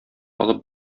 алып